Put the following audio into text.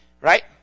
Right